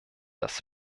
das